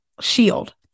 shield